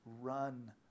run